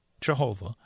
Jehovah